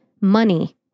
Money